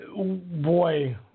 Boy